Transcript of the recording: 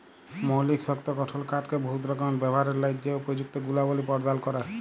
মৌলিক শক্ত গঠল কাঠকে বহুত রকমের ব্যাভারের ল্যাযে উপযুক্ত গুলবলি পরদাল ক্যরে